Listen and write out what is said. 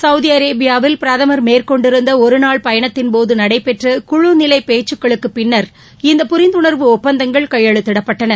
Saudi அரேபியாவில் பிரதமர் மேற்கொண்டிருந்த ஒரு நாள் பயணத்தின்போது நடைபெற்ற குழு நிலை பேச்சுக்களுக்கு பின்னர் இந்த புரிந்துணர்வு ஒப்பந்தங்கள் கையெழுதிடப்பட்டன